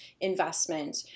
investment